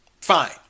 Fine